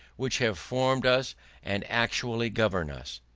which have formed us and actually govern us.